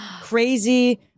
crazy